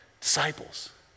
Disciples